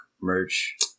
merch